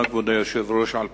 כבוד היושב-ראש, תודה.